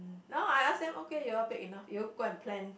now I ask them okay you all big enough you go and plan